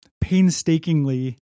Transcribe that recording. painstakingly